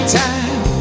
time